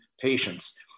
patients